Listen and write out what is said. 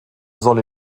soll